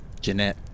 Jeanette